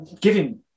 giving